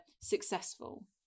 successful